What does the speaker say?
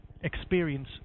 experience